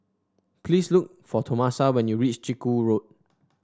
please look for Tomasa when you reach Chiku Road